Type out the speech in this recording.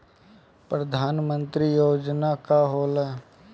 परधान मंतरी योजना का होला?